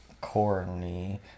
corny